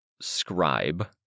Scribe